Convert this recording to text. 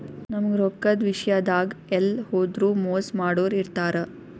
ನಮ್ಗ್ ರೊಕ್ಕದ್ ವಿಷ್ಯಾದಾಗ್ ಎಲ್ಲ್ ಹೋದ್ರು ಮೋಸ್ ಮಾಡೋರ್ ಇರ್ತಾರ